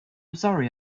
sorry